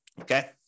Okay